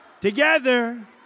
Together